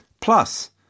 Plus